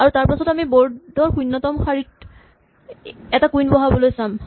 আৰু তাৰপাছত আমি বৰ্ড শূণ্যতম শাৰীত এটা কুইন বহাবলে চাম